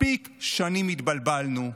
מספיק שנים התבלבלנו.